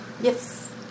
Yes